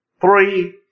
Three